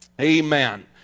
Amen